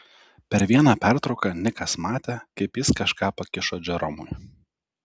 per vieną pertrauką nikas matė kaip jis kažką pakišo džeromui